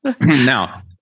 Now